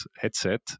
headset